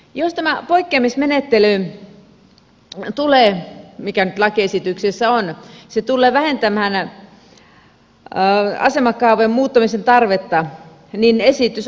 jos tämä poikkeamismenettely tulee mikä nyt lakiesityksessä on ja se tulee vähentämään asemakaavojen muuttamisen tarvetta niin esitys on paikallaan